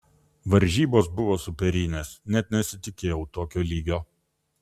varžybos buvo superinės net nesitikėjau tokio lygio